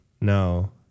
No